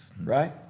Right